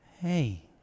hey